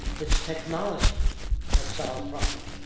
it's technology that solves problems,